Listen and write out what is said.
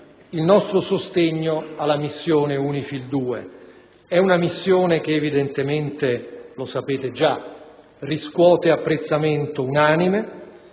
il nostro sostegno alla missione UNIFIL 2. È una missione che, lo sapete già, riscuote apprezzamento unanime;